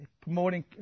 Promoting